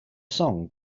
song